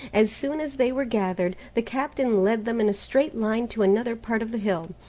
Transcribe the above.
as soon as they were gathered, the captain led them in a straight line to another part of the hill.